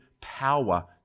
power